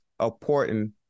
important